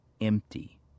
empty